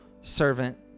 servant